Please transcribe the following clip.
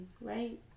Right